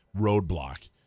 roadblock